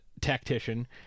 tactician